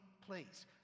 place